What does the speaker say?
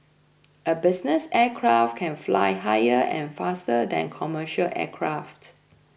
a business aircraft can fly higher and faster than commercial aircraft